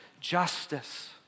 justice